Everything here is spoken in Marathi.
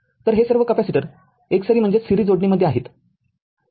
तर हे सर्व कॅपेसिटर एकसरी जोडणीमध्ये आहेत